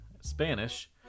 Spanish